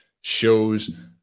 shows